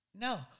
No